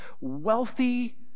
wealthy